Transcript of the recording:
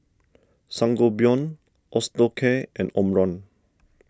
Sangobion Osteocare and Omron